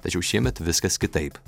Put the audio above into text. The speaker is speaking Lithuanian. tačiau šiemet viskas kitaip